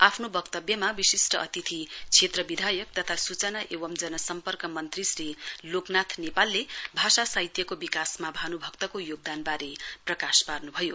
आफ्नो वक्तव्यमा विशिस्ट अतिथि क्षेत्र विधायक तथा सूचना एंव जन सम्पर्क मन्त्री श्री लोकनाथ नेपालले भाषा साहित्यको विकासमा भानुभक्तको योगदानवारे प्रकाश पार्नभयो